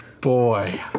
Boy